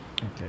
Okay